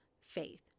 faith